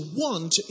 want